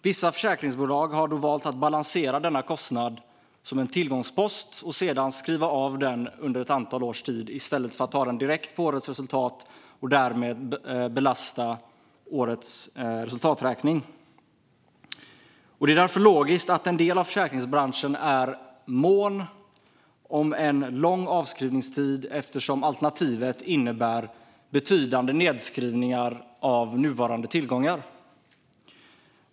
Vissa försäkringsbolag har valt att balansera denna kostnad som en tillgångspost och sedan skriva av den under ett antal års tid, i stället för att ta den direkt på årets resultat och därmed belasta årets resultaträkning. Det är därför logiskt att en del av försäkringsbranschen är mån om en lång avskrivningstid, eftersom alternativet innebär betydande nedskrivningar av nuvarande tillgångar.